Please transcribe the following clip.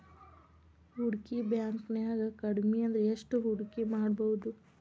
ಹೂಡ್ಕಿ ಬ್ಯಾಂಕ್ನ್ಯಾಗ್ ಕಡ್ಮಿಅಂದ್ರ ಎಷ್ಟ್ ಹೂಡ್ಕಿಮಾಡ್ಬೊದು?